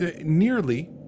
nearly